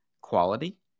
quality